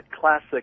classic